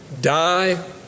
Die